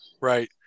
Right